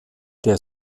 der